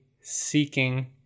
seeking